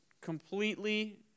completely